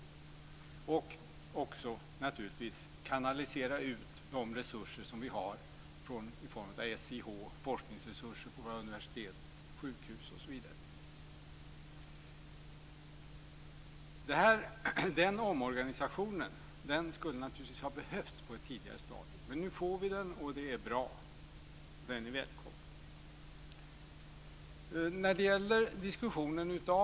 De resurser som vi har ska kanaliseras ut, t.ex. SIH och forskningsresurser på universitet, sjukhus osv. Omorganisationen hade behövts på ett tidigare stadium. Nu får vi den, och det är bra. Den är välkommen.